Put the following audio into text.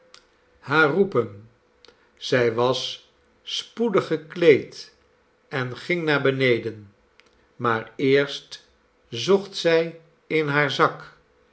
haar roepen zij was spoedig gekleed en ging naar beneden maar eerst zocht zij in haar zak